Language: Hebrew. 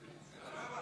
שלכם,